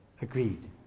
agreed